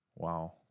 wow